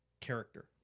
character